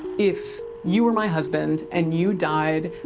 if you were my husband, and you died,